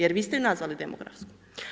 Jer vi ste je nazvali demografska.